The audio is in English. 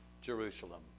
Jerusalem